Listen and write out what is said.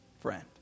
friend